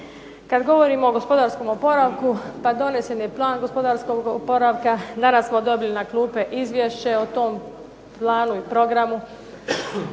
Kad govorimo o gospodarskom oporavku, pa donesen je Plan gospodarskog oporavka. Danas smo dobili na klupe izvješće o tom planu i programu.